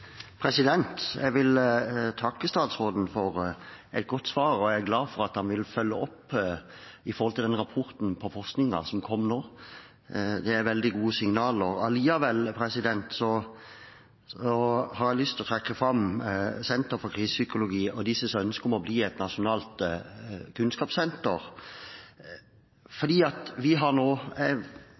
dette. Jeg vil takke statsråden for et godt svar, og jeg er glad for at han vil følge opp den forskningsrapporten som kom nå. Det er veldig gode signaler. Likevel har jeg lyst til å trekke fram Senter for Krisepsykologi og deres ønske om å bli et nasjonalt kunnskapssenter. Jeg har fulgt denne historien helt siden det skjedde. Jeg er jo en av de etterlatte, og vi har